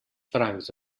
francs